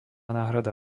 náhrada